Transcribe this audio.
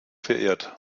verehrt